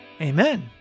Amen